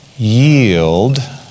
Yield